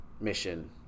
mission